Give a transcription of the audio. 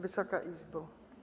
Wysoka Izbo!